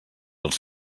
els